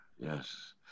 Yes